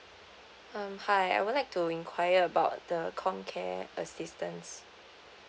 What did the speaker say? um hi I would like to inquire about the comcare assistance